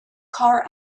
car